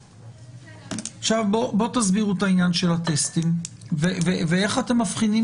עכשיו תסבירו את העניין של הטסטים ואיך אתה מבחינים